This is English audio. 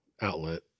outlet